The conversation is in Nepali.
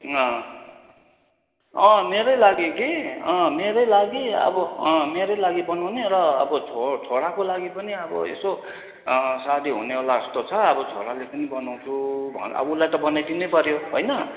अँ अँ मेरै लागि कि अँ मेरै लागि अब अँ मेरै लागि बनाउने र अब छोराको लागि पनि अब यसो सादी हुनेवाला जस्तो छ अब छोराले पनि बनाउँछु उसलाई त बनाइदिनै पऱ्यो होइन